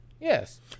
Yes